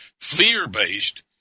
fear-based